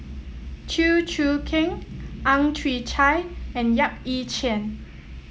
Chew Choo Keng Ang Chwee Chai and Yap Ee Chian